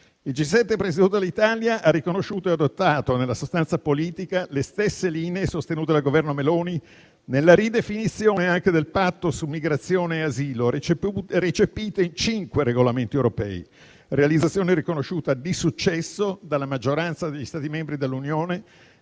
Il G7, presieduto dall'Italia, ha riconosciuto e adottato nella sostanza politica le stesse linee sostenute dal Governo Meloni nella ridefinizione anche del patto su migrazione e asilo, recepite in cinque regolamenti europei (realizzazione riconosciuta di successo dalla maggioranza degli Stati membri dell'Unione),